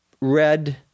red